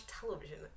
television